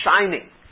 shining